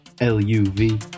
L-U-V